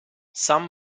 some